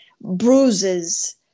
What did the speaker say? bruises